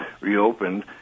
reopened